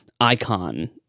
icon